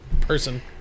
person